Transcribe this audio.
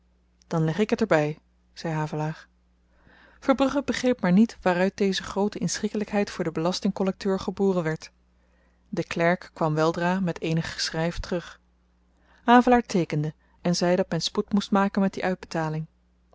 leg ik t er by zei havelaar verbrugge begreep maar niet waaruit deze groote inschikkelykheid voor den belasting kollekteur geboren werd de klerk kwam weldra met eenig geschryf terug havelaar teekende en zei dat men spoed moest maken met die uitbetaling